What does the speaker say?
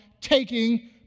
taking